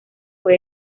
fue